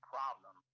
Problem